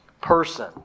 person